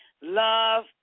love